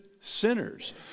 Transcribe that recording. sinners